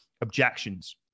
objections